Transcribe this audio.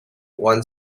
one